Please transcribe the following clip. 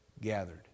gathered